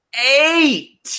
Eight